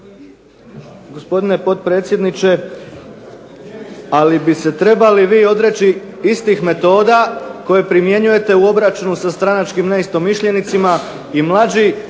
/Govornik isključen./ ... ali bi se vi trebali odreći istih metoda koje primjenjujete u obračunu sa stranačkim neistomišljenicima i mlađi